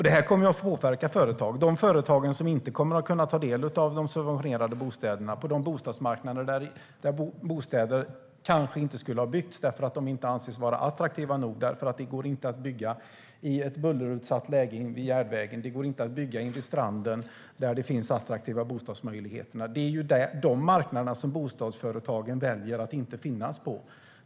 Det här kommer att påverka de företag som inte kommer att kunna ta del av de subventionerade bostäderna på de bostadsmarknader där bostäder kanske inte skulle ha byggts eftersom de inte anses vara attraktiva nog. Det går inte att bygga i ett bullerutsatt läge vid järnvägen. Det går inte att bygga vid stranden där det finns attraktiva bostadsmöjligheter. Det är de marknaderna som bostadsföretagen väljer att inte finnas på.